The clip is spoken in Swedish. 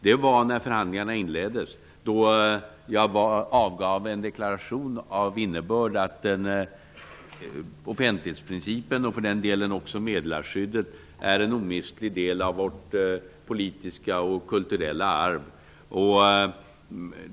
Det var när förhandlingarna inleddes, då jag avgav en deklaration av innebörden att offentlighetsprincipen -- och för den delen även meddelarskyddet -- är en omistlig del av vårt politiska och kulturella arv.